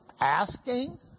asking